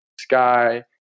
sky